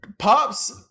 Pops